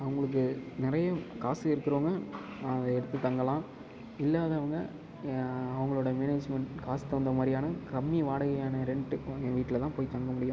அவங்களுக்கு நிறைய காசு இருக்கறவங்க அதை எடுத்து தங்கலாம் இல்லாதவங்க அவங்களோட மேனேஜ்மென்ட் காசுக்கு தகுந்த மாதிரியான கம்மி வாடகையான ரெண்ட் வாங்குகிற வீட்டில்தான் போய் தங்க முடியும்